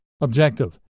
Objective